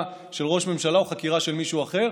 של ראש ממשלה או חקירה של מישהו אחר,